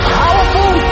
powerful